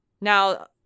now